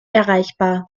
erreichbar